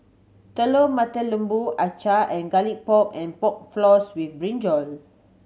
Telur Mata Lembu acar and Garlic Pork and Pork Floss with brinjal